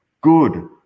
good